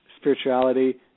spirituality